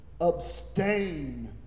Abstain